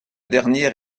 dernière